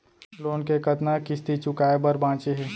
Loan के कतना किस्ती चुकाए बर बांचे हे?